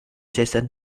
jason